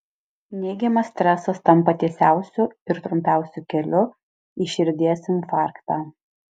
neigiamas stresas tampa tiesiausiu ir trumpiausiu keliu į širdies infarktą